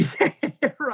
Right